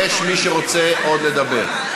יש מי שרוצה עוד לדבר?